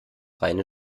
reine